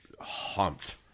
humped